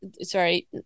sorry